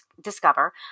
discover